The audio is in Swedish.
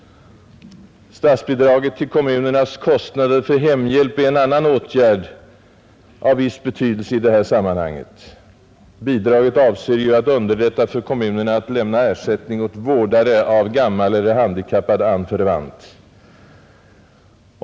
Statsbidraget till kommunernas kostnader för hemhjälp är en ytterligare åtgärd av viss betydelse i sammanhanget. Bidraget avser ju att underlätta för kommunerna att lämna ersättning åt vårdare av gammal eller handikappad anförvant.